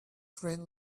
friend